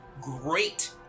great